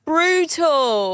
Brutal